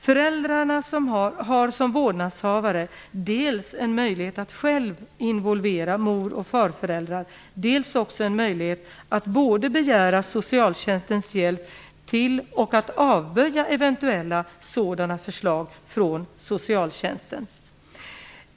Föräldrarna har som vårdnadshavare dels en möjlighet att själva involvera mor och farföräldrar, dels också en möjlighet att både begära socialtjänstens hjälp till det och att avböja eventuella sådana förslag från socialtjänsten.